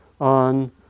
on